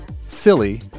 silly